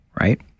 right